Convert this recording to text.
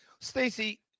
Stacey